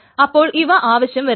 അപ്പോൾ ഇവ ആവശ്യം വരുന്നില്ല